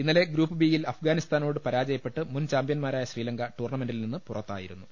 ഇന്നലെ group B യിൽ അഫ്ഗാനിസ്ഥാനോട് പരാജയപ്പെട്ട് മുൻ ചാമ്പ്യന്മാരായ ശ്രീലങ്ക ടൂർണമെന്റിൽ നിന്ന് പുറത്തായിരു ന്നു